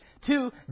Two